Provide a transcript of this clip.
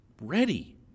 ready